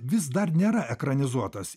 vis dar nėra ekranizuotas